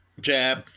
jab